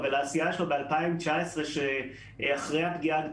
ל-2019 14.7%. צריך לומר שבאותה שנה,